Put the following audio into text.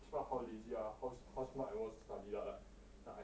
despite how lazy ah how smart I was to study ah like